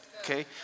Okay